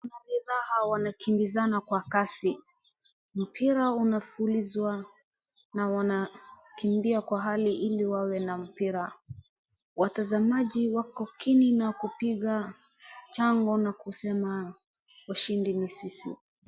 Wanariadha wanakimbizana kwa kasi. Mpira unafulizwa na wanakimbia kwa hali ili wawe na mpira. Watazamaji wako kini na kupiga chango na kusema, "Washindi ni sisi."